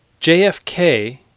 JFK